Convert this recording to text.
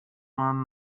man